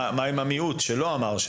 מה עם המיעוט שלא עמד?